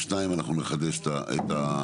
ב-14:00 אנחנו נחדש את הדיון.